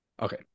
Okay